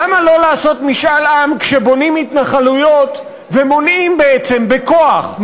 למה לא לעשות משאל עם כשבונים התנחלויות ומונעים בעצם בכוח,